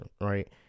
right